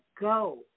go